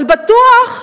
אבל בטוח,